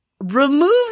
removes